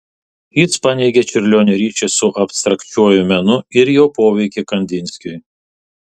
jis paneigė čiurlionio ryšį su abstrakčiuoju menu ir jo poveikį kandinskiui